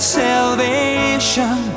salvation